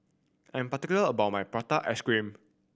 I'm particular about my prata ice cream